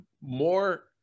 more